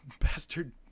bastard